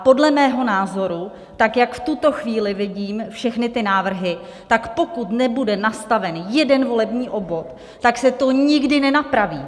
Podle mého názoru, jak v tuto chvíli vidím všechny ty návrhy, pokud nebude nastaven jeden volební obvod, tak se to nikdy nenapraví.